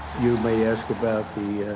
you may ask about the, ah,